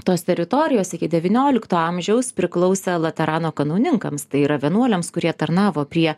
tos teritorijos iki devyniolikto amžiaus priklausė laterano kanauninkams tai yra vienuoliams kurie tarnavo prie